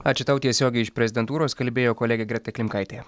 ačiū tau tiesiogiai iš prezidentūros kalbėjo kolegė greta klimkaitė